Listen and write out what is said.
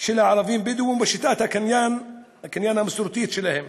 של הערבים הבדואים, בשיטת הקניין המסורתית שלהם.